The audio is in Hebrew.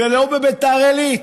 ולא בביתר עילית,